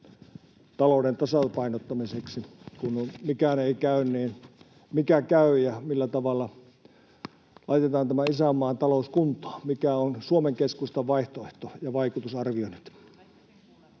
talouden tasapainottamiseksi. Kun mikään ei käy, niin mikä käy ja millä tavalla laitetaan tämä isänmaan talous kuntoon? Mikä on Suomen Keskustan vaihtoehto ja vaikutusarvioinnit?